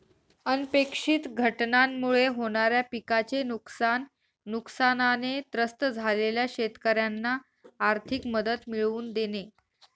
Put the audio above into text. अनपेक्षित घटनांमुळे होणाऱ्या पिकाचे नुकसान, नुकसानाने त्रस्त झालेल्या शेतकऱ्यांना आर्थिक मदत मिळवून देणे